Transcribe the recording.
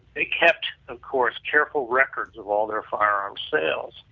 they kept of course careful records of all their firearm sales.